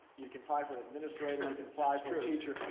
you can apply for administrator, you can apply for teacher,